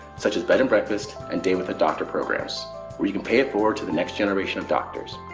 such as bed and breakfast and day with a doctor programs where you can pay it forward to the next generation of doctors.